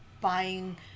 buying